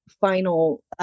final